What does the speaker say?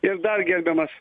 ir dar gerbiamas